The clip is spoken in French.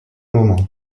moment